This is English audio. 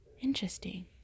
interesting